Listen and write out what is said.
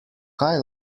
kaj